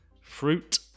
Fruit